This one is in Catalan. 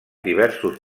diversos